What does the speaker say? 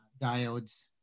diodes